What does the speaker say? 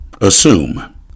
assume